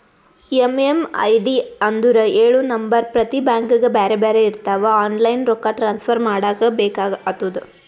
MMID ಅಂದುರ್ ಎಳು number ಪ್ರತಿ ಬ್ಯಾಂಕ್ಗ ಬ್ಯಾರೆ ಬ್ಯಾರೆ ಇರ್ತಾವ್ ಆನ್ಲೈನ್ ರೊಕ್ಕಾ ಟ್ರಾನ್ಸಫರ್ ಮಾಡಾಗ ಬೇಕ್ ಆತುದ